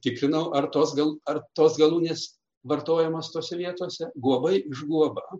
tikrinau ar tos gal ar tos galūnės vartojamos tose vietose guobai iš guoba